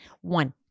one